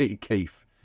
keith